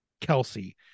Kelsey